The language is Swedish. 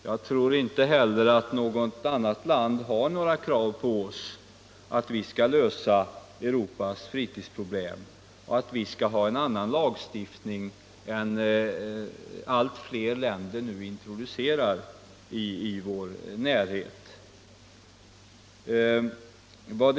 Jag tror inte heller att något annat land har några krav på oss att vi skall lösa Europas fritidsproblem och att vi skall ha en annan lagstiftning än den allt fler länder i vår närhet nu introducerar.